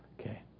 Okay